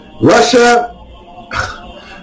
Russia